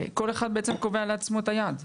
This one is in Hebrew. כל אחד קובע לעצמו את היעד,